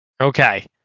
okay